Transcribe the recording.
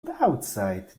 outside